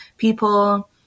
People